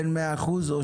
בין 100 ל-75%.